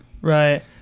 Right